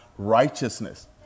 righteousness